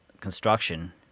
construction